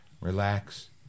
relax